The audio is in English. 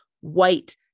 white